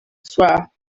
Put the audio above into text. swore